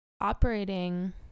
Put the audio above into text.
operating